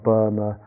Burma